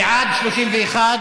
בעד, 31,